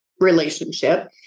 relationship